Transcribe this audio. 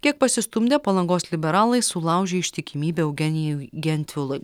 kiek pasistumdę palangos liberalai sulaužė ištikimybę eugenijui gentvilui